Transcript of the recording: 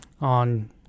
on